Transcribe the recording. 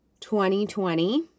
2020